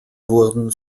wurden